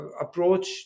approach